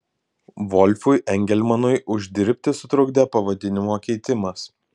volfui engelmanui uždirbti sutrukdė pavadinimo keitimas